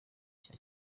cya